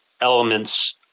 elements